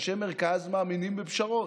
אנשי מרכז מאמינים בפשרות.